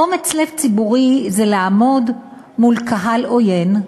אומץ לב ציבורי זה לעמוד מול קהל עוין,